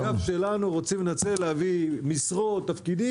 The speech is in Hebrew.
על הגב שלנו רוצים לנצל, להביא משרות, תפקידים.